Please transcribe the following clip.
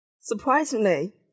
Surprisingly